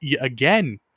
again